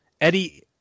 Eddie